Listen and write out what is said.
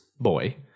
boy